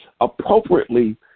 Appropriately